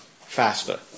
faster